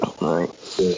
right